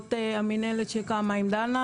בעקבות המנהלת שקמה עם דנה,